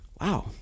Wow